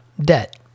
debt